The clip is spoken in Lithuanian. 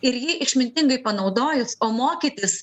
ir jį išmintingai panaudojus o mokytis